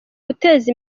guteza